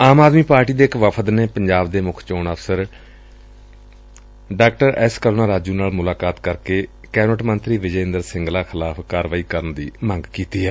ਆਮ Aadmi party ਦੇ ਇਕ ਵਫ਼ਦ ਨੇ ਪੰਜਾਬ ਦੇ ਮੁੱਖ ਚੋਣ ਅਫ਼ਸਰ ਐਸ ਕਰੁਣਾ ਰਾਜੂ ਨਾਲ ਮੁਲਾਕਾਤ ਕਰਕੇ ਕੈਬਨਿਟ ਮੰਤਰੀ ਵਿਜੈ ਇੰਦਰ ਸਿੰਗਲਾ ਖਿਲਾਫ਼ ਕਾਰਵਾਈ ਕਰਨ ਦੀ ਮੰਗ ਕੀਤੀ ਏ